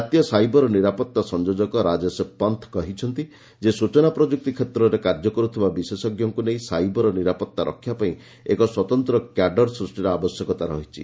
ଜାତୀୟ ସାଇବର ନିରାପତ୍ତା ସଂଯୋଜକ ରାଜେଶ ପନ୍ତ କହିଛନ୍ତି ଯେ ସ୍ବଚନା ପ୍ରଯୁକ୍ତି କ୍ଷେତ୍ରରେ କାର୍ଯ୍ୟ କରୁଥିବା ବିଶେଷଞ୍ଜମାନଙ୍କୁ ନେଇ ସାଇବର ନିରାପତ୍ତା ରକ୍ଷା ପାଇଁ ଏକ ସ୍ୱତନ୍ତ୍ର କ୍ୟାଡର ସୃଷ୍ଟିର ଆବଶ୍ୟକତା ରହିଛି